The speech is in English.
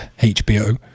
HBO